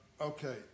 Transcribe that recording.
Okay